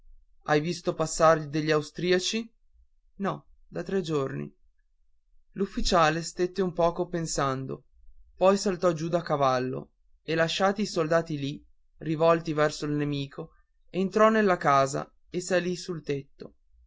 hai visto passare degli austriaci no da tre giorni l'ufficiale stette un poco pensando poi saltò giù da cavallo e lasciati i soldati lì rivolti verso il nemico entrò nella casa e salì sul tetto